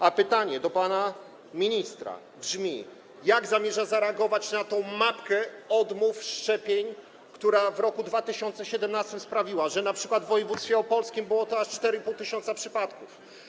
A pytanie do pana ministra brzmi: Jak zamierza pan zareagować na tę mapkę odmów szczepień, które w roku 2017 sprawiły, że np. w województwie opolskim było to aż 4,5 tys. przypadków?